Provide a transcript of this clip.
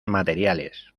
materiales